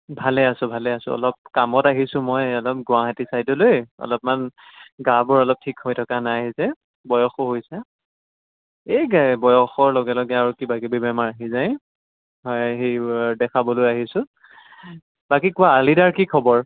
ভালে আছোঁ ভালে আছোঁ অলপ কামত আহিছোঁ মই অলপ গুৱাহাটী ছাইডলৈ অলপমান গাবোৰ অলপ ঠিক হৈ থকা নাই যে বয়সো হৈছে এই বয়সৰ লগে লগে আৰু কিবা কিবি বেমাৰ আহি যায় হয় সেই দেখাবলৈ আহিছোঁ বাকী কোৱা আলিদাৰ কি খবৰ